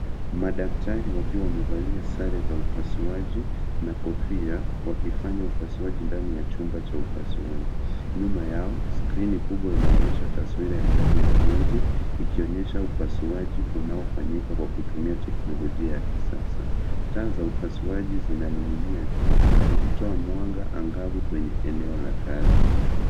Madaktari wakiwa wamevali Sare za upasuaji na kofia, wakifanya upasuaji ndani ya chumba cha upasuaji. Nyuma yao, skrini kubwa inaonyesha taswira ya ndani ya mwili, ikionyesha upasuaji unaofanyika kwa kutumia teknologia ya kisasa. Taa za upasuaji zinaning'inia juu, zikitoa mwanga anga'vu kwenye eneo la kazi.